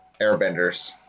airbenders